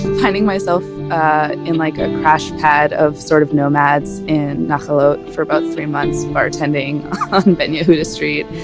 finding myself ah in like a crash-pad of sort of nomads in nachlaot for about three months bartending on ben-yehuda street.